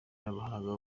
n’amahanga